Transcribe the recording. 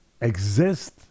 exist